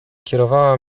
kierowała